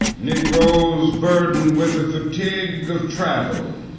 negroes, burdened with the fatigue of travel,